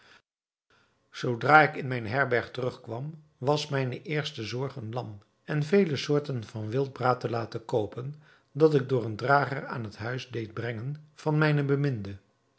zoodra ik in mijne herberg terug kwam was mijne eerste zorg een lam en vele soorten van wildbraad te laten koopen dat ik door een drager aan het huis deed brengen van mijne beminde